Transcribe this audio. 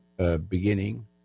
Beginning